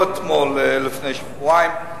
לא אתמול, לפני שבועיים,